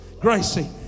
Gracie